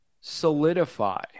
solidify